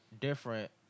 different